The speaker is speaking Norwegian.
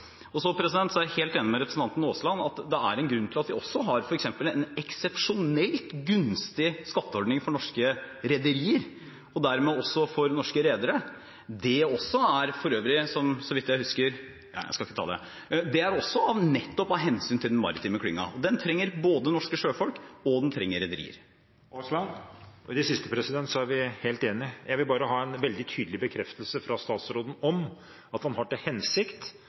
Så er jeg helt enig med representanten Aasland i at det er en grunn til at vi har f.eks. en eksepsjonelt gunstig skatteordning for norske rederier, og dermed også for norske redere. Det er også av hensyn til den maritime klyngen. Og den trenger både norske sjøfolk og rederier. Til det siste: Vi er helt enige. Jeg vil bare ha en veldig tydelig bekreftelse fra statsråden på at han har til hensikt